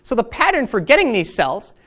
so the pattern for getting these cells,